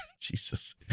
Jesus